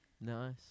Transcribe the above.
Nice